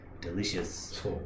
delicious